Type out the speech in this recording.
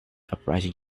uprising